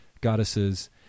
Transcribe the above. goddesses